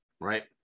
right